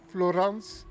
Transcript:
Florence